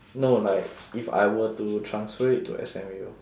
no like if I were to transfer it to S_M_U